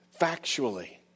factually